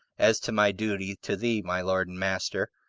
as to my duty to thee, my lord and master,